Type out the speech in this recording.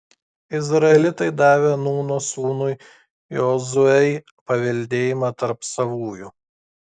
izraelitai davė nūno sūnui jozuei paveldėjimą tarp savųjų